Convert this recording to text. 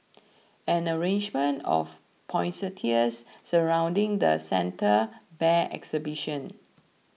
an arrangement of poinsettias surrounding the Santa Bear exhibit